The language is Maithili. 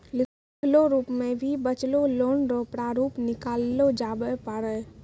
लिखलो रूप मे भी बचलो लोन रो प्रारूप निकाललो जाबै पारै